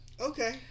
Okay